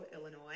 illinois